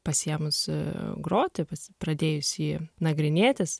pasiėmus groti pasi pradėjus jį nagrinėtis